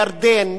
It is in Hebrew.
ירדן,